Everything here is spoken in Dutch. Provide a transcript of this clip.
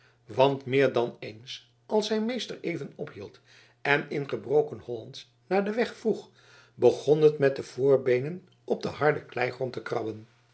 want meer dan eens als zijn meester even ophield en in gebroken hollandsch naar den weg vroeg begon het met de voorbeenen op den harden kleigrond te krabben